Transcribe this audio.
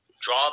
draw